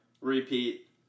Repeat